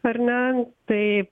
ar ne tai